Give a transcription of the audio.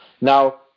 Now